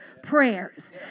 prayers